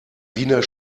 wiener